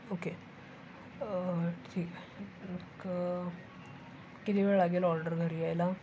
okay ठीक एक किती वेळ लागेल ऑर्डर घरी यायला